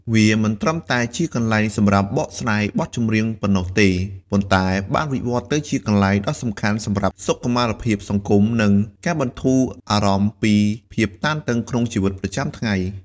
វាមិនត្រឹមតែជាកន្លែងសម្រាប់បកស្រាយបទចម្រៀងប៉ុណ្ណោះទេ ប៉ុន្តែបានវិវត្តទៅជាទីកន្លែងដ៏សំខាន់សម្រាប់សុខភាពផ្លូវចិត្ត សុខុមាលភាពសង្គម និងការបន្ធូរអារម្មណ៍ពីភាពតានតឹងក្នុងជីវិតប្រចាំថ្ងៃ។